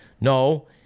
No